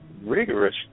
rigorous